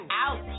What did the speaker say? out